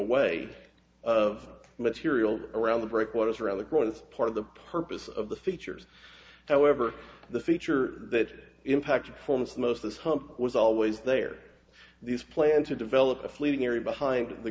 away of material around the breakwaters around the ground as part of the purpose of the features however the feature that impacted forms most this hump was always there these plans to develop a fleeting area behind the